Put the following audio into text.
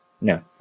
no